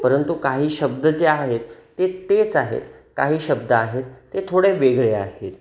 परंतु काही शब्द जे आहेत ते तेच आहेत काही शब्द आहेत ते थोडे वेगळे आहेत